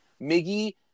Miggy